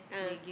ah